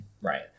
Right